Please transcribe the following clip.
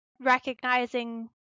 recognizing